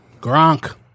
Gronk